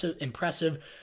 impressive